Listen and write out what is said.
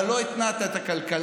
אבל לא התנעת את הכלכלה.